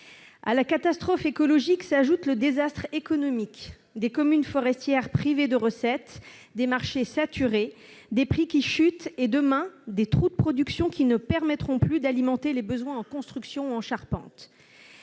À la catastrophe écologique s'ajoute le désastre économique : des communes forestières privées de recettes, des marchés saturés, des prix qui chutent et, demain, des trous de production qui ne permettront plus d'alimenter les besoins en constructions ou en charpentes.